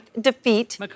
defeat